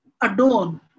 adorn